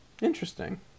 interesting